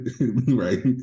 right